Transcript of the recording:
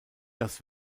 das